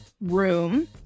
room